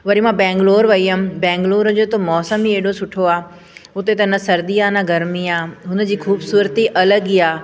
वरी मां बैंगलोर वई हुअमि बैंगलोर जो त मौसम ई ऐॾो सुठो आहे उते त न सर्दी आहे न गर्मी आहे उन जी ख़ूबसूरती अलॻि ई आहे